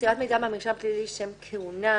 מסירת מידע מהמרשם הפלילי לשם כהונה,